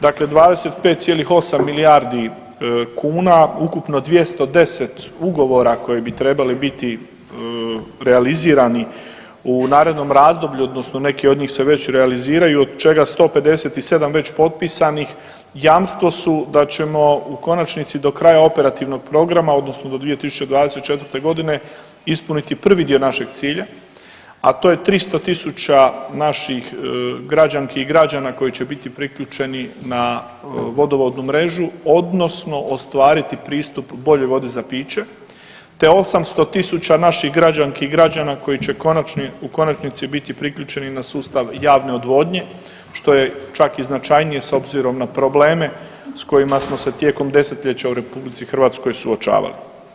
Dakle 25,8 milijardi kuna, ukupno 210 ugovora koji bi trebali biti realizirani u narednom razdoblju, odnosno neki od njih se već realiziraju, od čega 157 već potpisanih, jamstvo su da ćemo u konačnici do kraja operativnog programa, odnosno do 2024. g. ispuniti prvi dio našeg cilja, a to je 300 tisuća naših građanki i građana koji će biti priključeni na vodovodnu mrežu, odnosno ostvariti pristup boljoj vodi za piće te 800 tisuća naših građanki i građana koji će u konačnici biti priključeni na sustav javne odvodnje, što je čak i značajnije s obzirom na probleme s kojima smo se tijekom desetljeća u RH suočavali.